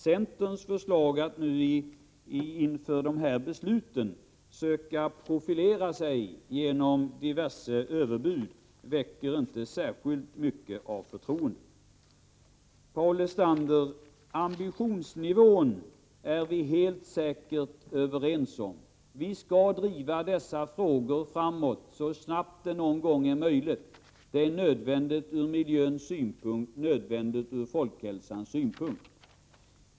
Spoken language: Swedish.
Centerns försök nu inför de här besluten att profilera sig genom diverse överbud inger inte särskilt mycket av förtroende. Ambitionsnivån är vi helt säkert överens om, Paul Lestander. Vi skall driva dessa frågor framåt så snabbt det någonsin är möjligt. Det är nödvändigt ur miljösynpunkt och med tanke på folkhälsan.